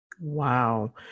Wow